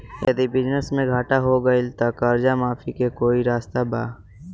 यदि बिजनेस मे घाटा हो गएल त कर्जा माफी के कोई रास्ता बा?